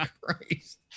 Christ